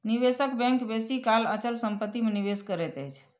निवेशक बैंक बेसी काल अचल संपत्ति में निवेश करैत अछि